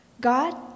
God